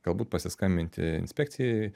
galbūt pasiskambinti inspekcijai